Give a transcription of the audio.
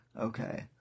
Okay